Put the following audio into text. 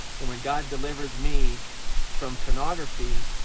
and when god delivers me from pornography,